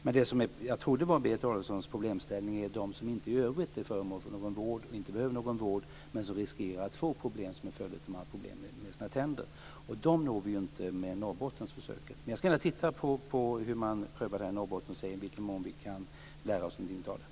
Men jag trodde att Berit Adolfssons problemställning gällde dem som inte i övrigt är föremål för vård men som riskerar att få problem till följd av problem med tänderna. Dem når vi inte med Norrbottensförsöket. Men jag ska titta på Norrbottensförsöket och se i vad mån vi kan lära oss något av det.